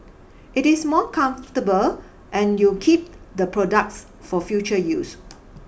it is more comfortable and you keep the products for future use